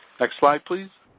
next slide, please.